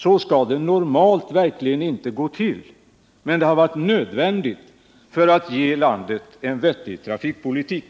Så skall det verkligen inte normalt gå till. Men det har varit nödvändigt för att ge landet en vettig trafikpolitik.